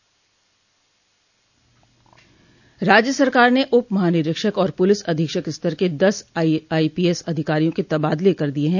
राज्य सरकार ने उप महानिरीक्षक और पुलिस अधीक्षक स्तर के दस आईपीएस अधिकारियों के तबादले कर दिये हैं